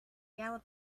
yellow